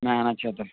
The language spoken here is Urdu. میں آنا چاہتا ہوں